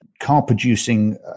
car-producing